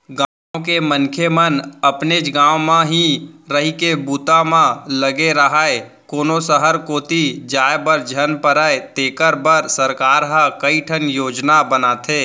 गाँव के मनखे मन अपनेच गाँव म ही रहिके बूता म लगे राहय, कोनो सहर कोती जाय बर झन परय तेखर बर सरकार ह कइठन योजना बनाथे